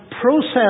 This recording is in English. process